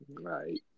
right